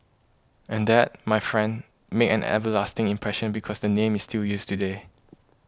and that my friend made an everlasting impression because the name is still used today